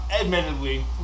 admittedly